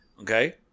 Okay